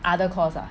other course ah